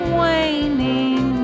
waning